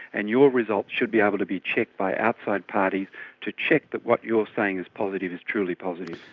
and your results should be able to be checked by outside parties to check that what you're saying is positive is truly positive.